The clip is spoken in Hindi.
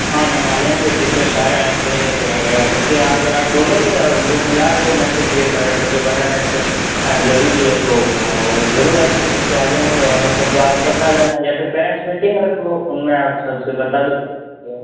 हाँ मैम आ जाएंगे टीचर्स सारे आऐंगे अगर बच्चे अगर आप बोलोगे और ग्रुप में डाल दो मैसेज के सारे बच्चों का अटेन्डन्स जरूरी है तो वो जरूर आऐंगे बच्चे आ जाएंगे और उन सबको आप बता देना या फिर पेरेंट्स मीटिंग रख लो उनमें आप सबसे बता दो पेरेंट्स को